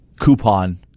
coupon